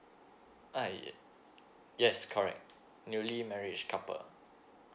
hi uh yes correct newly marriage couple